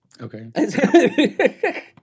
okay